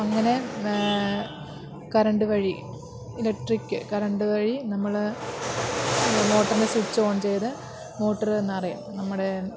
അങ്ങനെ കറണ്ട് വഴി electric current വഴി നമ്മൾ മോട്ടറിൻ്റെ സ്വിച്ച് ഓൺ ചെയ്ത് മോട്ടറ് നിറയും നമ്മുടെ